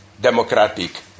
democratic